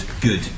good